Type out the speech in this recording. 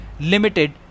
limited